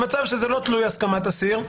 למצב שזה לא תלוי הסכמת אסיר,